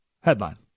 Headline